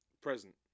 present